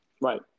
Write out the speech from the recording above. Right